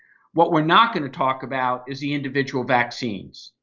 what we're not going to talk about is the individual vaccines.